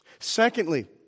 Secondly